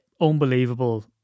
unbelievable